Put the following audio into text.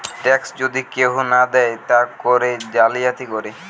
tax যদি কেহু না দেয় তা করে জালিয়াতি করে